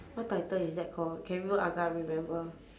what title is that call can remember agar remember